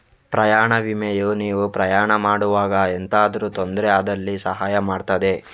ಪ್ರಯಾಣ ವಿಮೆಯು ನೀವು ಪ್ರಯಾಣ ಮಾಡುವಾಗ ಎಂತಾದ್ರೂ ತೊಂದ್ರೆ ಆದಲ್ಲಿ ಸಹಾಯ ಮಾಡ್ತದೆ